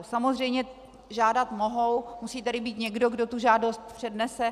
Samozřejmě žádat mohou, musí tady být někdo, kdo tu žádost přednese.